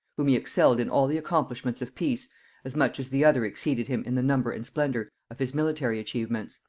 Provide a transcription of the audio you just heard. whom he excelled in all the accomplishments of peace as much as the other exceeded him in the number and splendor of his military achievements.